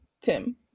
tim